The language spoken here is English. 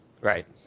Right